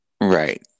Right